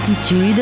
Attitude